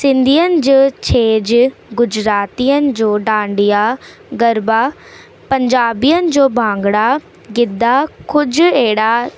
सिंधियुनि जो छेज गुजरातियुनि जो डांडिया गरबा पंजाबियुनि जो भांगड़ा गिद्दा कुझु अहिड़ा